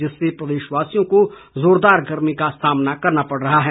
जिससे प्रदेशवासियों को जोरदार गर्मी का सामना करना पड़ रहा है